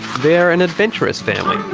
they're an adventurous family,